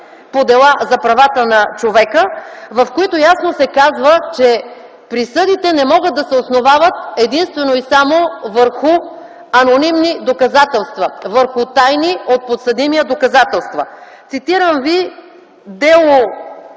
по дела за правата на човека, в които ясно се казва, че присъдите не могат да се основават единствено и само върху анонимни доказателства, върху тайни от подсъдимия доказателства. Цитирам ви дело